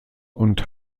und